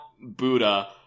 Buddha